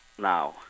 now